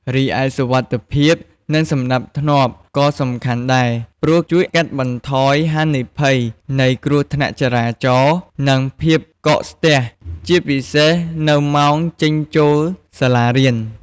រីឯសុវត្ថិភាព និងសណ្ដាប់ធ្នាប់ក៏សំខាន់ដែរ ព្រោះជួយកាត់បន្ថយហានិភ័យនៃគ្រោះថ្នាក់ចរាចរណ៍ និងភាពកកស្ទះ ជាពិសេសនៅម៉ោងចេញចូលសាលារៀន។